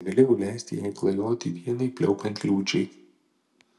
negalėjau leisti jai klajoti vienai pliaupiant liūčiai